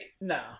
No